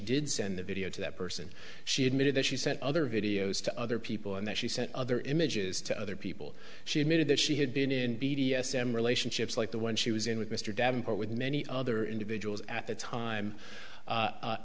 did send the video to that person she admitted that she sent other videos to other people and that she sent other images to other people she admitted that she had been in b d s and relationships like the one she was in with mr davenport with many other individuals at the time